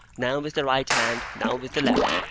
now with the right hand, now with the left,